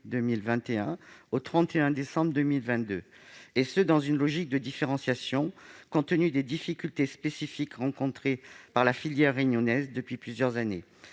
2021 au 31 décembre 2022 -, dans une logique de différenciation, afin de tenir compte des difficultés spécifiques rencontrées par la filière réunionnaise depuis plusieurs années.